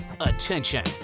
Attention